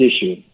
issue